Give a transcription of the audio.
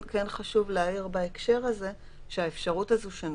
כן חשוב להעיר שהאפשרות הזאת,